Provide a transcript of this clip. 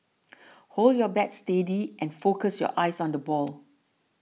hold your bat steady and focus your eyes on the ball